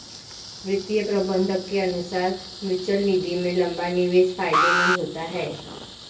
वित्तीय प्रबंधक के अनुसार म्यूचअल निधि में लंबा निवेश फायदेमंद होता है